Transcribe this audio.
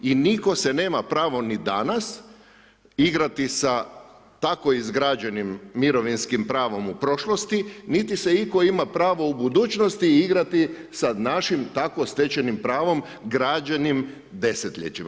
I nitko se nema pravo, ni danas, igrati sa tako izgrađenim mirovinskim pravom u prošlosti, niti se itko ima pravo u budućnosti igrati sa našim tako stečenim pravom građenim desetljećima.